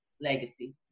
legacy